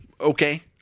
okay